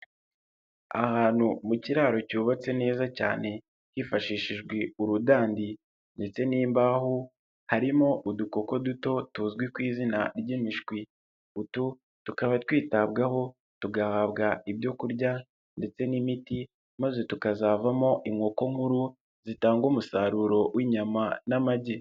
Ahantu mu kiraro cyubatse neza cyane hifashishijwe urudandi ndetse n'imbaho harimo udukoko duto tuzwi ku izina ry'imishwi ,utu tukaba twitabwaho tugahabwa ibyo kurya ndetse n'imiti maze tukazavamo inkoko nkuru zitanga umusaruro w'inyama n'amagi.